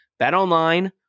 BetOnline